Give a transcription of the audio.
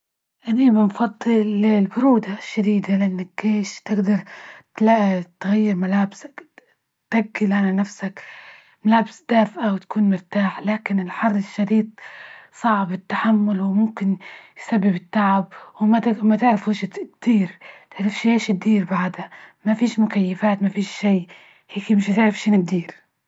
أني بنفضل البرودة الشديدة لأنكيش تجدر تلاق، تغير ملابسك. تجل على نفسك، ملابس دافئة وتكون مرتاح، لكن الحر الشديد صعب التحمل وممكن يسبب التعب، ومتعرفوش تدير، متعرفش تدير بعدها، مفيش مكيفات، مفيش شي متعرفوش تدير.